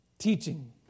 teaching